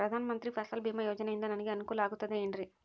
ಪ್ರಧಾನ ಮಂತ್ರಿ ಫಸಲ್ ಭೇಮಾ ಯೋಜನೆಯಿಂದ ನನಗೆ ಅನುಕೂಲ ಆಗುತ್ತದೆ ಎನ್ರಿ?